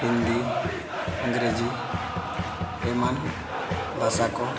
ᱦᱤᱱᱫᱤ ᱤᱝᱨᱮᱡᱤ ᱮᱢᱟᱱ ᱵᱷᱟᱥᱟ ᱠᱚ